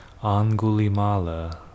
Angulimala